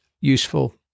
useful